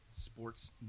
sports